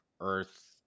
Earth